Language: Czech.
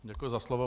Děkuji za slovo.